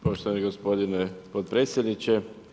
Poštovani gospodine potpredsjedniče.